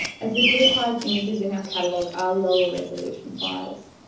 as the digitized images in our catalogue are lower resolution files.